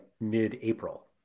mid-April